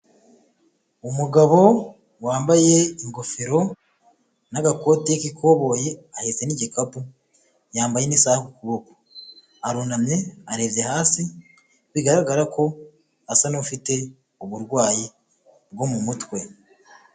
Umugabo wambaye ingofero n'agakoti k'ikoboyi, ahetse n'igikapu. Yambaye n'isaha ku kuboko. Urunamye, arebye hasi, bigaragara ko asa n'ufite uburwayi bwo mu mutwe.